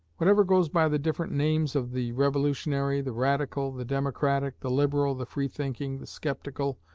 whatever goes by the different names of the revolutionary, the radical, the democratic, the liberal, the free-thinking, the sceptical,